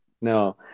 no